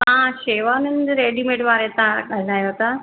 तव्हां शेवानंद रेडीमेड वारे तां ॻाल्हायो था